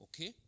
Okay